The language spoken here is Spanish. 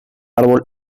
árbol